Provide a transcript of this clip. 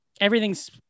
everything's